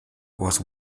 was